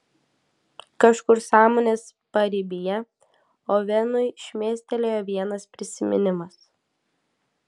kažkur sąmonės paribyje ovenui šmėstelėjo vienas prisiminimas